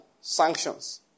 sanctions